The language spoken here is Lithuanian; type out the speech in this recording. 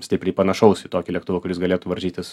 stipriai panašaus į tokį lėktuvą kuris galėtų varžytis